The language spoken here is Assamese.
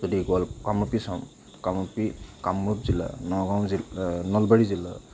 যদি গোৱাল কামৰূপী চাওঁ কামৰূপী কামৰূপ জিলাৰ নগাঁও জিলা নলবাৰী জিলা